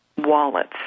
wallets